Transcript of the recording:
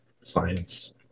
science